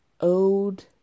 ode